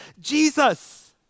Jesus